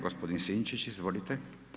Gospodin Sinčić, izvolite.